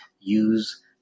use